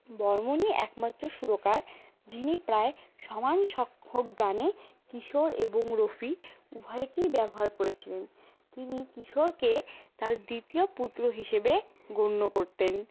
বর্মণই একমাত্র সুরকার যিনি প্রায় সমান সংখ্যক গানে কিশোর এবং রফি উভয়কেই ব্যবহার করেছিলেন তিনি কিশোরকে তার দ্বিতীয় পুত্র হিসেবে গণ্য করতেন